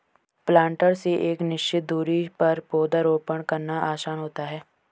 planter से एक निश्चित दुरी पर पौधरोपण करना आसान होता है